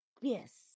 Yes